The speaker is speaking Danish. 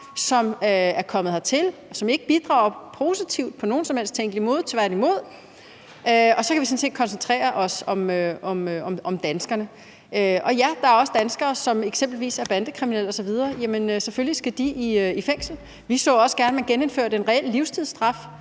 som er kommet hertil og ikke bidrager positivt på nogen som helst tænkelig måde, tværtimod. Og så kan vi sådan set koncentrere os om danskerne. Ja, der er også danskere, som eksempelvis er bandekriminelle osv., og selvfølgelig skal de i fængsel. Vi så også gerne, at man genindførte en reel livstidsstraf,